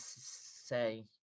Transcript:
say